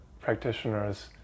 practitioners